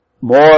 more